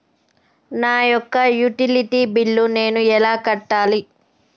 నా యొక్క utility bill నేను ఎలా కట్టాలి?